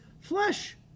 flesh